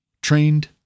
Trained